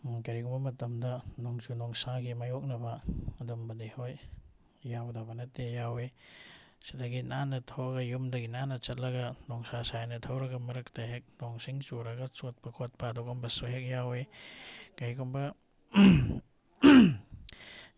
ꯀꯔꯤꯒꯨꯝꯕ ꯃꯇꯝꯗ ꯅꯣꯡꯖꯨ ꯅꯨꯡꯁꯥꯒꯤ ꯃꯥꯏꯌꯣꯛꯅꯕ ꯑꯗꯨꯒꯨꯝꯕꯗꯤ ꯍꯣꯏ ꯌꯥꯏꯗꯕ ꯅꯠꯇꯦ ꯌꯥꯎꯋꯤ ꯁꯤꯗꯒꯤ ꯅꯥꯟꯅ ꯊꯣꯛꯑꯒ ꯌꯨꯝꯗꯒꯤ ꯅꯥꯟꯅ ꯆꯠꯂꯒ ꯅꯨꯡꯁꯥ ꯁꯥꯏꯅ ꯊꯧꯔꯒ ꯃꯔꯛꯇ ꯍꯦꯛ ꯅꯣꯡ ꯆꯤꯡ ꯆꯨꯔꯒ ꯆꯣꯠꯄ ꯈꯣꯠꯄ ꯑꯗꯨꯒꯨꯝꯕꯁꯨ ꯍꯦꯛ ꯌꯥꯎꯋꯤ ꯀꯩꯒꯨꯝꯕ